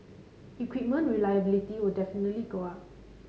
equipment reliability will definitely go up